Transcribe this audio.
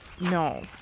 No